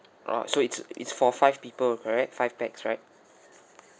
oh so it's it's for five people correct five pax right